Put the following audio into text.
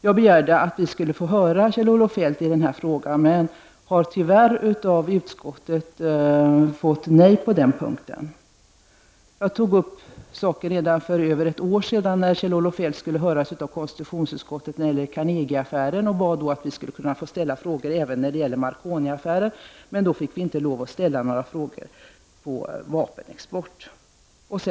Jag begärde att vi skulle få höra Feldt i denna fråga, men tyvärr har jag av utskottet fått nej på den punkten. Jag tog upp saken redan för över ett år sedan när Kjell-Olof Feldt skulle höras av konstitutionsutskottet i Carnegieaffären. Jag bad att vi skulle få ställa frågor även om Marconiaffären. Men vi fick inte ställa frågor om vapenexport.